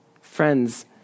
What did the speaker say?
Friends